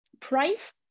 price